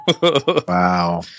Wow